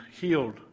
healed